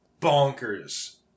bonkers